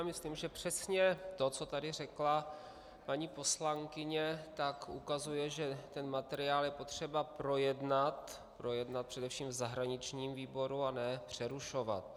Myslím, že přesně to, co tady řekla paní poslankyně, ukazuje, že materiál je potřeba projednat především v zahraničním výboru, a ne přerušovat.